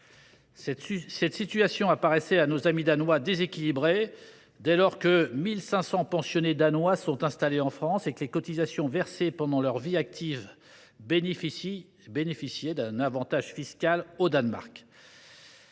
Cette situation apparaissait déséquilibrée à nos amis danois, dès lors que 1 500 pensionnés danois sont installés en France et que les cotisations versées pendant leur vie active bénéficiaient d’un avantage fiscal au Danemark.